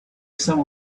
some